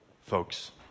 Folks